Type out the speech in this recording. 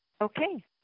Okay